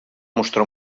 mostrar